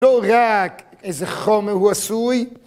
‫לא רק איזה חומר הוא עשוי.